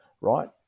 right